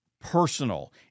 Personal